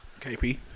KP